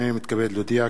הנני מתכבד להודיע,